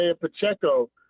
Pacheco